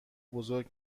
بزرگ